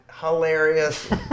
hilarious